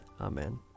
Amen